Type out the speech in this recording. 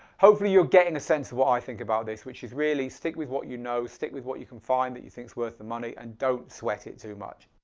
hopefully you're getting a sense of what i think about this which is really stick with what you know, stick with what you can find that you think's worth the money and don't sweat it too much.